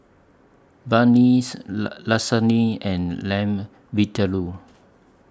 Banh MI Lasagne and Lamb Vindaloo